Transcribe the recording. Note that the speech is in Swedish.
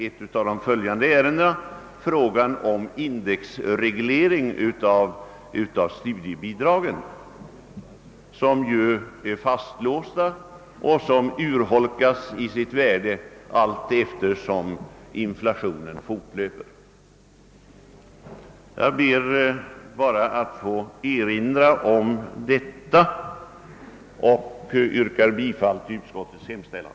Ett av de följande ärendena gäller frågan om indexreglering av studiebidragen, som ju är fastlåsta och vilkas värde urholkas allteftersom inflationen fortlöper. Jag yrkar bifall till utskottets hemställan.